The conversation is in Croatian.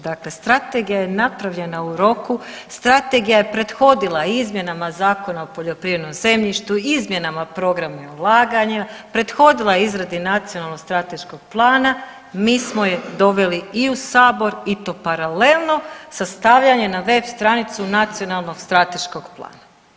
Dakle, strategija je napravljena u roku, strategija je prethodila izmjenama Zakona o poljoprivrednom zemljištu, izmjenama programa ulaganja, prethodila je izradi Nacionalnog strateškog plana, mi smo je doveli i u sabor i to paralelno sa stavljanjem na web stranicu Nacionalnog strateškog plana.